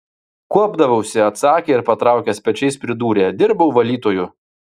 kuopdavausi atsakė ir patraukęs pečiais pridūrė dirbau valytoju